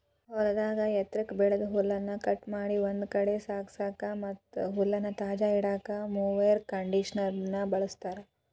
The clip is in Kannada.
ಹೊಲದಾಗ ಎತ್ರಕ್ಕ್ ಬೆಳದ ಹುಲ್ಲನ್ನ ಕಟ್ ಮಾಡಿ ಒಂದ್ ಕಡೆ ಸಾಗಸಾಕ ಮತ್ತ್ ಹುಲ್ಲನ್ನ ತಾಜಾ ಇಡಾಕ ಮೊವೆರ್ ಕಂಡೇಷನರ್ ನ ಬಳಸ್ತಾರ